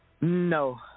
no